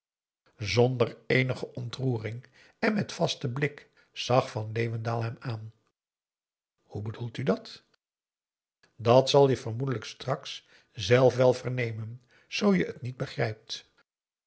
zonder eenige ontroering en met vasten blik zag van leeuwendaal hem aan hoe bedoelt u dat dat zal je vermoedelijk straks zelf wel vernemen zoo je het niet begrijpt